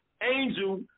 angel